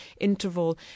interval